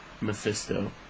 Mephisto